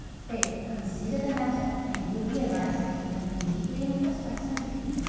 pray consider the matter, and you will realise that you have been deeply impressed by some dream.